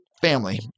family